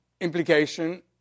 implication